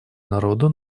народу